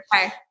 Okay